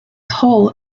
hull